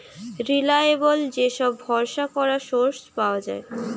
reliable যে সব ভরসা করা সোর্স পাওয়া যায়